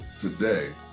today